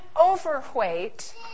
overweight